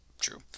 True